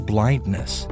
Blindness